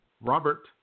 Robert